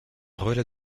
relais